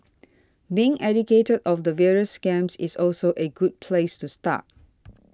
being educated of the various scams is also a good place to start